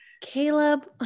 Caleb